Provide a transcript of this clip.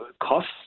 costs